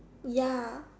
ya